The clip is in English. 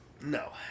No